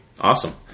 Awesome